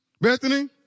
Bethany